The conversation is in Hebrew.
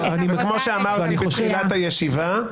וכמו שאמרתי בתחילת הישיבה,